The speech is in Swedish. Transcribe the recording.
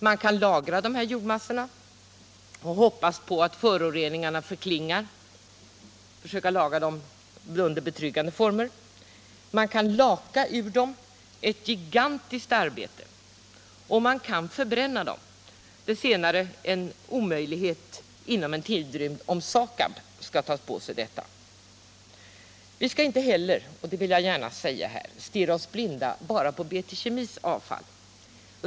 Man kan försöka lagra dessa jordmassor under betryggande former och hoppas på att föroreningarna förklingar, man kan laka ur dem — ett gigantiskt arbete — och man kan förbränna dem, det senare en omöjlighet inom rimlig tidrymd om SAKAB skall ta på sig detta. Jag vill här gärna säga att vi inte skall stirra oss blinda endast på BT Kemis avfall.